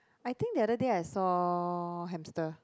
I think the other day I saw hamster